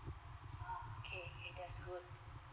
okay okay that's good